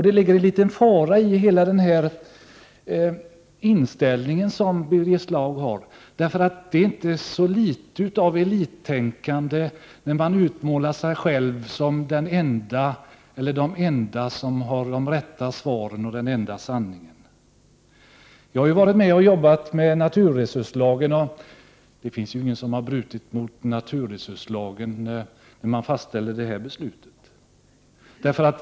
Det ligger en liten fara i hela den inställning som Birger Schlaug har. Det är inte så litet av elittänkande när man utmålar sig själv som den enda som har de rätta svaren och den enda sanningen. Jag har varit med och arbetat med naturresurslagen, och det finns ingen som brutit mot naturresurslagen när detta beslut fastställdes.